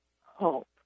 hope